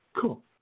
Cool